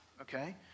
okay